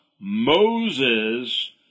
Moses